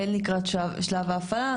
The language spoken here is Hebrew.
והן לקראת שלב ההפעלה.